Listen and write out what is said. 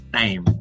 time